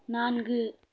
நான்கு